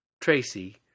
Tracy